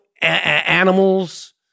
animals